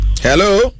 Hello